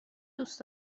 دوست